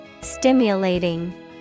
Stimulating